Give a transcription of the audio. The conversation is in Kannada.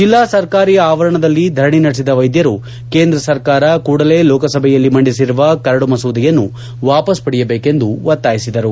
ಜಿಲ್ಲಾ ಸರ್ಕಾರಿ ಆವರಣದಲ್ಲಿ ಧರಣಿ ನಡೆಸಿದ ವೈದ್ಯರು ಕೇಂದ್ರ ಸರ್ಕಾರ ಕೂಡಲೇ ಲೋಕಸಭೆಯಲ್ಲಿ ಮಂಡಿಸಿರುವ ಕರಡು ಮಸೂದೆಯನ್ನು ವಾಪಾಸ್ ಪಡೆಯಬೇಕೆಂದು ಒತ್ತಾಯಿಸಿದರು